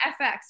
fx